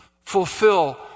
fulfill